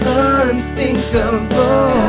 unthinkable